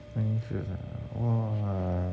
running shoes ah !wah!